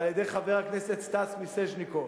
על-ידי חבר הכנסת סטס מיסז'ניקוב,